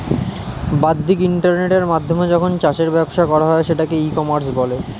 বাদ্দিক ইন্টারনেটের মাধ্যমে যখন চাষের ব্যবসা করা হয় সেটাকে ই কমার্স বলে